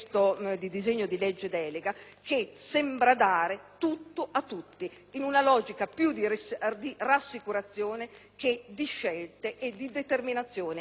che sembra dare tutto a tutti, in una logica più di rassicurazione che di scelte e di determinazione in avanti del futuro del Paese.